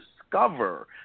discover